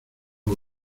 los